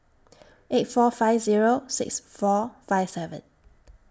eight four five Zero six four five seven